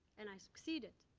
and i succeeded.